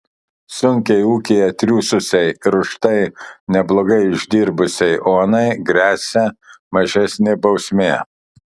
sunkiai ūkyje triūsusiai ir už tai neblogai uždirbusiai onai gresia mažesnė bausmė